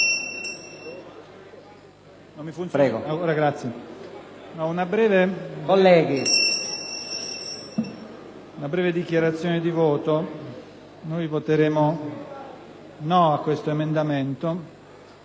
una breve dichiarazione di voto. Noi voteremo contro questo emendamento,